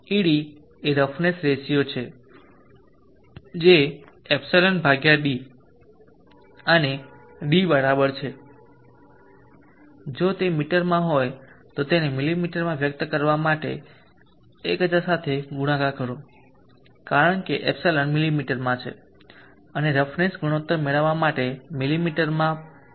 ed એ roughness ratio છે જે ε d અને d બરાબર છે જો તે મીટરમાં હોય તો તેને મીમીમાં વ્યક્ત કરવા માટે 1000 સાથે ગુણાકાર કરો કારણ કે ε મીમી છે અને રફનેસ ગુણોત્તર મેળવવા માટે મીમીમાં d પણ છે